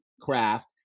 craft